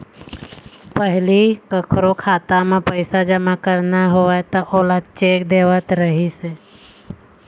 पहिली कखरो खाता म पइसा जमा करना होवय त ओला चेक देवत रहिस हे